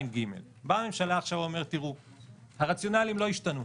42ג. באה הממשלה עכשיו ואומרת: הרציונלים לא השתנו,